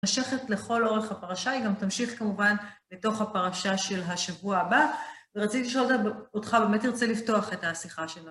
מתמשכת לכל אורך הפרשה, היא גם תמשיך כמובן לתוך הפרשה של השבוע הבא, ורציתי לשאול אותך, במה תרצה לפתוח את השיחה שלנו.